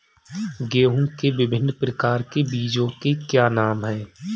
गेहूँ के विभिन्न प्रकार के बीजों के क्या नाम हैं?